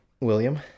William